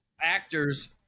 actors